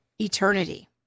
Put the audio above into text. eternity